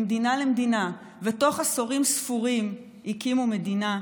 ממדינה למדינה ובתוך עשורים ספורים הקימו מדינה,